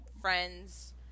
friends